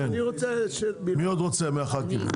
מי עוד רוצה מחברי הכנסת?